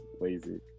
lazy